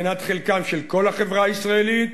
מנת חלקה של כל החברה הישראלית.